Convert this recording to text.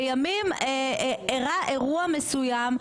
לימים אירע אירוע מסוים,